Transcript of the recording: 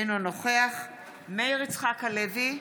אינו נוכח מאיר יצחק הלוי,